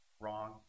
wrong